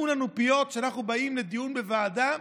לנו פיות כשאנחנו באים לדיון בוועדה,